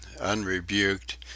unrebuked